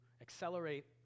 accelerate